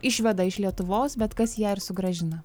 išveda iš lietuvos bet kas į ją ir sugrąžina